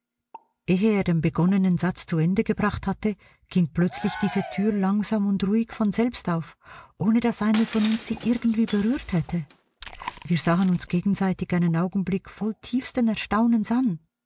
ehe er den begonnenen satz zu ende gebracht hatte ging plötzlich diese tür langsam und ruhig von selbst auf ohne daß einer von uns sie irgendwie berührt hätte wir sahen uns gegenseitig einen augenblick voll tiefsten erstaunens an